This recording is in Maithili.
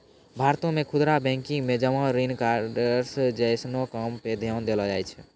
भारतो मे खुदरा बैंकिंग मे जमा ऋण कार्ड्स जैसनो कामो पे ध्यान देलो जाय छै